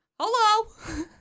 Hello